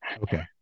Okay